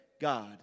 God